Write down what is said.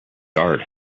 guard